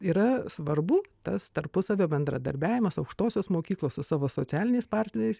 yra svarbu tas tarpusavio bendradarbiavimas aukštosios mokyklos su savo socialiniais partneriais